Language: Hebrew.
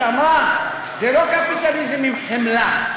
שאמרה: זה לא קפיטליזם עם חמלה,